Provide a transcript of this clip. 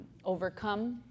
overcome